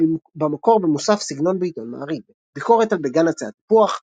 במקור במוסף סגנון בעיתון מעריב ביקורת על "בגן עצי התפוח"